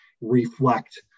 reflect